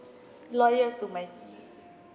loyal to my